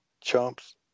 chumps